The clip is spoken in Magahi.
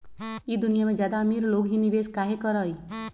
ई दुनिया में ज्यादा अमीर लोग ही निवेस काहे करई?